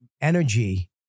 energy